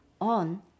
on